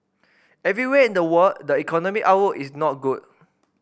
everywhere in the world the economic outlook is not good